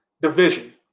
division